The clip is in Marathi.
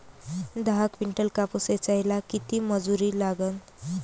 दहा किंटल कापूस ऐचायले किती मजूरी लागन?